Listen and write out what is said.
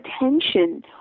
attention